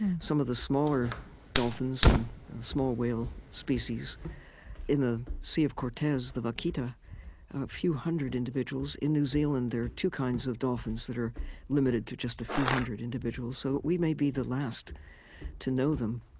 some of the smaller dolphins and small whale species in the sea of cortez, the vaquita, a few hundred individuals in new zealand, there are two kinds of dolphins that are limited to just a few hundred individuals. so we may be the last to know them.